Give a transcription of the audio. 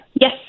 Yes